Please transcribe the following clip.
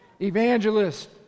Evangelist